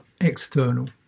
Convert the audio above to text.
external